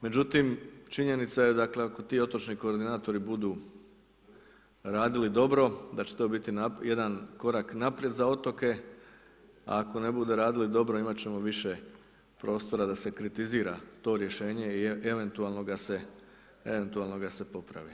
Međutim, činjenica je dakle ako ti otočni koordinatori budu radili dobro da će to biti jedan korak naprijed za otoke a ako ne budu radili dobro, imat ćemo više prostora da se kritizira to rješenje i eventualno ga se popravi.